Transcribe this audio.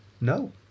No